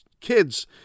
kids